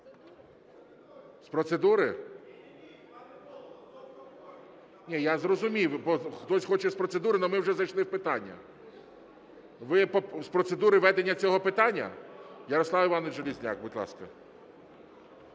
у залі) Ні, я зрозумів, хтось хоче з процедури, ну ми вже зайшли в питання. Ви з процедури ведення цього питання? Ярослав Іванович Железняк, будь ласка.